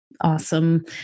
Awesome